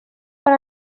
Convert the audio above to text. per